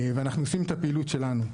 ו אנחנו עושים את הפעילות שלנו.